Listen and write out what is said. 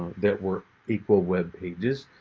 that were equal web pages.